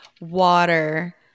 water